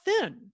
thin